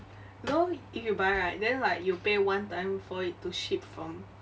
you know if you buy right then like you pay one time for it to ship from